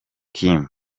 kim